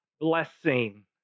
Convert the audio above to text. blessing